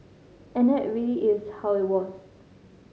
and that is really how it was